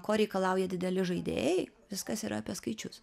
ko reikalauja dideli žaidėjai viskas yra apie skaičius